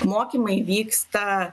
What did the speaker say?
mokymai vyksta